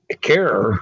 care